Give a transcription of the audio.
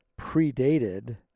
predated